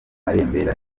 marembera